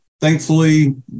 Thankfully